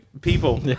People